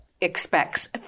expects